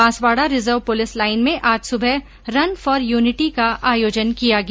Banswara reserve police line में आज सुबह रन फोर यूनिटी का आयोजन किया गया